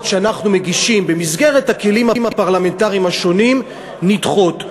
שאנחנו מגישים במסגרת הכלים הפרלמנטריים השונים נדחות.